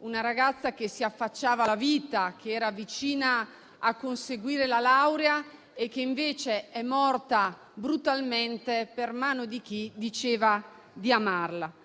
una ragazza che si affacciava alla vita, che era vicina a conseguire la laurea e che, invece, è morta brutalmente per mano di chi diceva di amarla.